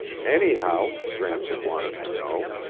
anyhow, gramps had wanted to know,